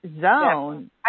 zone